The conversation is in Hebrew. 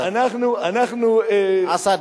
השר מרגי,